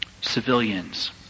civilians